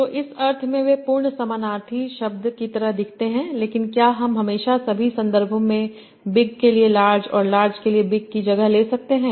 तो इस अर्थ में वे पूर्ण समानार्थी शब्द की तरह दिखते हैं लेकिन क्या हम हमेशा सभी संदर्भों में बिग के लिए लार्ज और लार्ज के लिए बिग की जगह ले सकते हैं